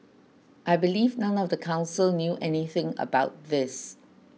I believe none of the council knew anything about this